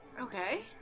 Okay